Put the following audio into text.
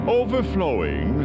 overflowing